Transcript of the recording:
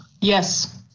Yes